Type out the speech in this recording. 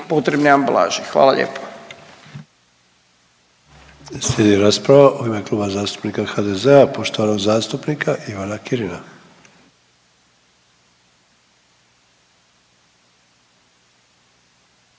potrebne ambalaže. Hvala lijepo.